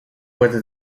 whether